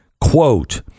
quote